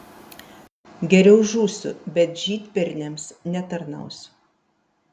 geriau žūsiu bet žydberniams netarnausiu